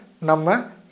Nama